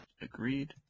Agreed